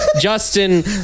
Justin